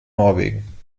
norwegen